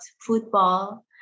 football